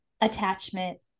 attachment